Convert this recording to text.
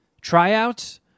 tryouts